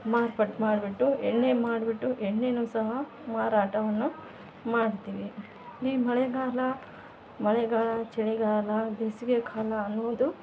ಮಾರ್ಪಾಟು ಮಾಡಿಬಿಟ್ಟು ಎಣ್ಣೆ ಮಾಡಿಬಿಟ್ಟು ಎಣ್ಣೆ ಸಹ ಮಾರಾಟವನ್ನು ಮಾಡ್ತೀವಿ ಈ ಮಳೆಗಾಲ ಮಳೆಗಾಲ ಚಳಿಗಾಲ ಬೇಸಿಗೆಕಾಲ ಅನ್ನೋದು